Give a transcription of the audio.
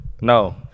No